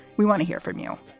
we want to hear from you.